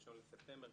ה-1 בספטמבר,